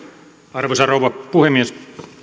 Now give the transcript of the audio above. arvoisa rouva puhemies